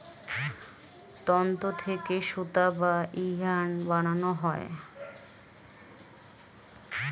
তন্তু থেকে সুতা বা ইয়ার্ন বানানো হয়